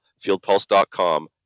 fieldpulse.com